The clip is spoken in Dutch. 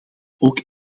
ook